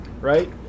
right